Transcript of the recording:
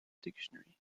dictionary